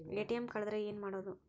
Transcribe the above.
ATM ಕಳದ್ರ ಏನು ಮಾಡೋದು?